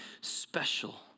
special